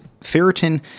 Ferritin